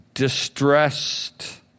distressed